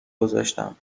گذاشتم